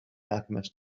alchemist